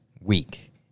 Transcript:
week